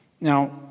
Now